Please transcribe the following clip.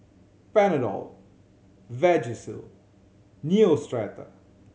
Panadol Vagisil Neostrata